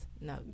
No